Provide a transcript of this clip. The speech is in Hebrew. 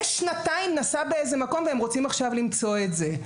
שנתיים נסע באיזה מקום ועכשיו הם רוצים למצוא את זה?